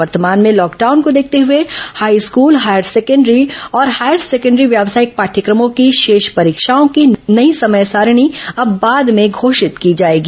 वर्तमान में लॉकडाउन को देखते हुए हाईस्कूल हायर सेकण्डरी और हायर सेकण्डरी व्यावसायिक पाठ्यक्रमों की शेष परीक्षाओं की नई समय सारिणी अब बाद में घोषित की जाएगी